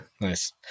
nice